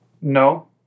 No